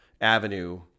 Avenue